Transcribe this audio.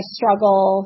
struggle –